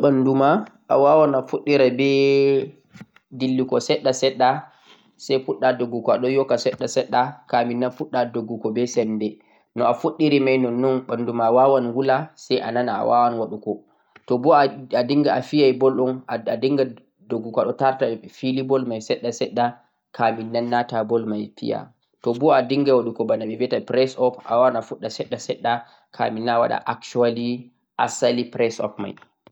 Ta'ayiɗe a junja ɓandu ma, awawan a fuɗɗera bee dillugo seɗɗe-seɗɗa, sai duggugo seɗɗa-seɗɗa kaminnan puɗɗa duggugo be sembe. Toh boo fijirde ball on awatta sai adinga duggugo aɗon tarta fili ball mai toh boo awaɗan press-up on sai a fuɗɗa seɗɗa-seɗɗa